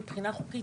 מבחינה חוקית,